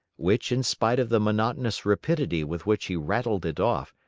which, in spite of the monotonous rapidity with which he rattled it off,